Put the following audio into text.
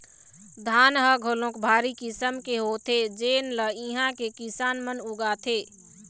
धान ह घलोक भारी किसम के होथे जेन ल इहां के किसान मन उगाथे